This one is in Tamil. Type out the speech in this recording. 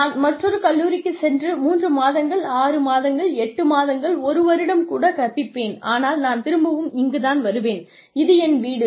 நான் மற்றொரு கல்லூரிக்கு சென்று மூன்று மாதங்கள் ஆறு மாதங்கள் எட்டு மாதங்கள் ஒரு வருடம் கூட கற்பிப்பேன் ஆனால் நான் திரும்பவும் இங்கு தான் வருவேன் இது என் வீடு